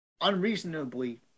unreasonably